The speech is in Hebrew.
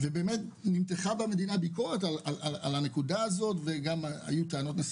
בהולנד נמתחה ביקורת על כך והיו גם טענות על